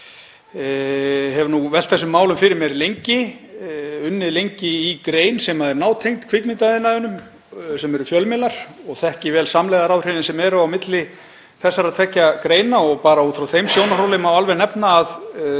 hef velt þessum málum fyrir mér lengi, hef unnið lengi í grein sem er nátengd kvikmyndaiðnaðinum, í fjölmiðlum. Ég þekki vel samlegðaráhrifin sem eru á milli þessara tveggja greina og út frá þeim sjónarhóli má alveg nefna að